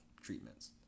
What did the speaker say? treatments